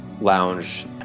lounge